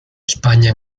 españa